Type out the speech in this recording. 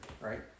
right